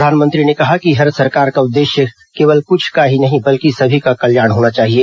प्रधानमंत्री ने कहा कि हर सरकार का उद्देश्य केवल कुछ का ही नहीं बल्कि सभी का कल्याण होना चाहिए